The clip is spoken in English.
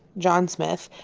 john smith,